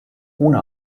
ohne